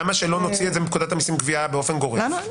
למה שלא נוציא את זה מפקודת המיסים (גבייה) באופן גורף?